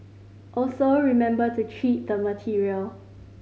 also remember to treat the material